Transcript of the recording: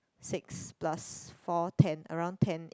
six plus four ten around ten